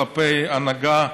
כלפי ההנהגה,